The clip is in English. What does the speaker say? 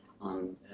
on